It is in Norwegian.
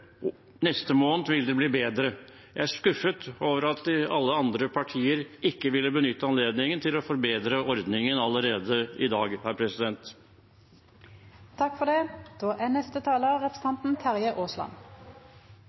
vil bli bedre i neste måned. Jeg er skuffet over at alle andre partier ikke ville benytte anledningen til å forbedre ordningen allerede i dag. Jeg skal forholde meg til det